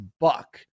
Buck